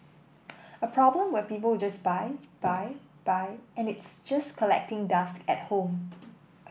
a problem where people just buy buy buy and it's just collecting dust at home